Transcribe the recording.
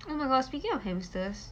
oh my gosh speaking of hamsters